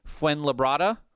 Fuenlabrada